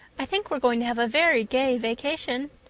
i think we're going to have a very gay vacation.